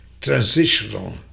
transitional